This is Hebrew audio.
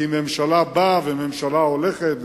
כי ממשלה באה וממשלה הולכת,